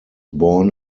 born